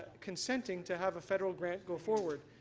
consenting to have a federal grant go forward.